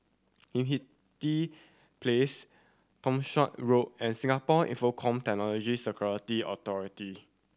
Hindhede Place Townshend Road and Singapore Infocomm Technology Security Authority